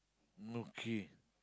no key